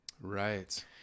right